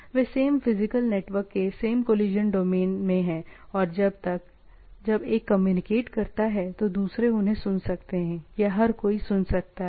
वे same physical network के same collision domain में हैं और जब एक कम्युनिकेट करता है तो दूसरे उन्हें सुन सकते हैं या हर कोई सुन सकता है